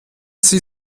sie